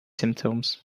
symptoms